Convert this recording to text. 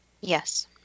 Yes